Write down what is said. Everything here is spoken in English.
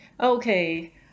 Okay